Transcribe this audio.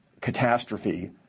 catastrophe